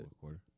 quarter